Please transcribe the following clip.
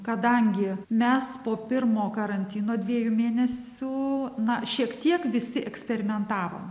kadangi mes po pirmo karantino dviejų mėnesių na šiek tiek visi eksperimentavom